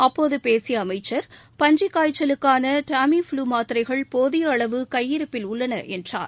அப்போது பேசிய அமைச்சர் பன்றிக்காய்ச்சலுக்கான டேமி புளு மாத்திரைகள் போதிய அளவு கையிருப்பில் உள்ளன என்றார்